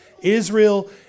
Israel